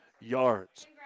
yards